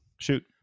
Shoot